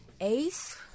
Ace